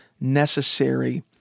necessary